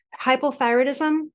hypothyroidism